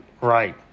right